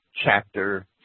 Chapter